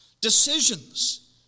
Decisions